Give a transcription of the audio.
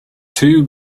two